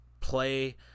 play